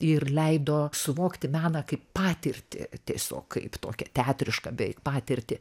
ir leido suvokti meną kaip patirtį tiesiog kaip tokią teatrišką beveik patirtį